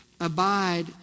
abide